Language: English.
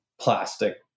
plastic